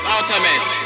Ultimate